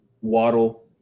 Waddle